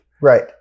right